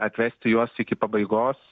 atvesti juos iki pabaigos